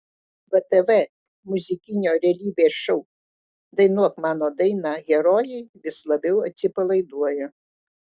btv muzikinio realybės šou dainuok mano dainą herojai vis labiau atsipalaiduoja